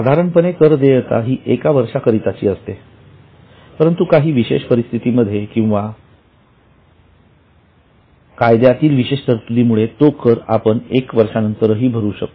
साधारणपणे कर देयता ही एक वर्षा करताची असते परंतु काही विशेष परिस्थिती मध्ये अथवा कायद्या तील विशेष तरतुदीमुळे तो कर आपण एक वर्षानंतरही भरू शकतो